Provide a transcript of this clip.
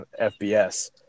FBS